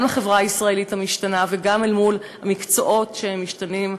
גם לחברה הישראלית המשתנה וגם אל מול המקצועות שמשתנים,